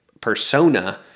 persona